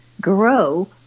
grow